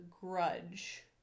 grudge